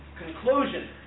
Conclusion